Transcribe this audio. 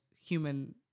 human